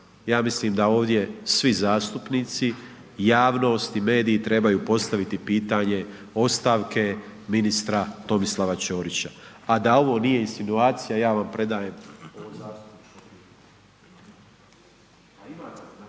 Ja mislim da ovdje svi zastupnici, javnost i mediji trebaju postaviti pitanje ostavke ministra Tomislava Ćorića. A da ovo nije insinuacija ja vam predajem ovo zastupničko